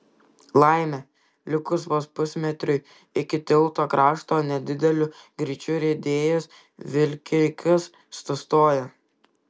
laimė likus vos pusmetriui iki tilto krašto nedideliu greičiu riedėjęs vilkikas sustojo